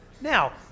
Now